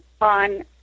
on